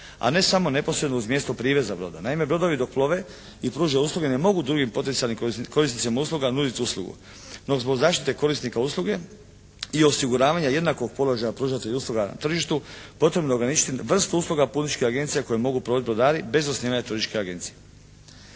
a ne samo neposredno uz mjesto priveza broda. Naime, brodovi dok plove i pružaju usluge ne mogu drugim potencijalnim korisnicima usluga nuditi uslugu, no zbog zaštite korisnika usluge i osiguravanja jednakog položaja pružatelja usluga na tržištu potrebno je ograničiti vrstu usluga putničkih agencija koje mogu provoditi brodari bez osnivanja turističke agencije.